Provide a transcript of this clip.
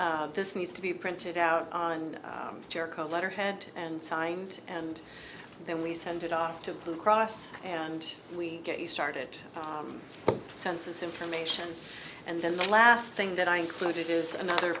is this needs to be printed out and jericho letterhead and signed and then we send it off to blue cross and we get you started the census information and then the last thing that i included is another